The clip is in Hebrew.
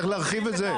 אז צריך להרחיב את זה.